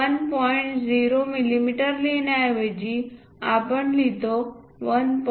0 मिमी लिहिण्याऐवजी आपण लिहितो 1